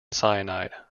cyanide